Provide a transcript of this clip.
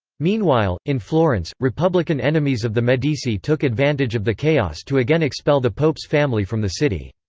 meanwhile, in florence, republican enemies of the medici took advantage of the chaos to again expel the pope's family from the city.